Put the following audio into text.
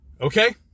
Okay